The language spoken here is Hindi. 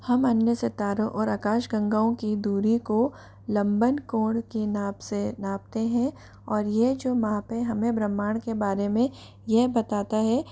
हम अन्य सितारों और आकाशगंगाओं की दूरी को लम्बन कोण के नाप से नापते हैं और यह जो माप है हमें ब्रह्मांड के बारे में यह बताता है